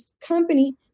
company